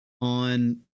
on